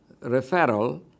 referral